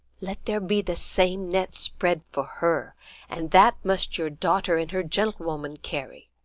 let there be the same net spread for her and that must your daughter and her gentle-woman carry.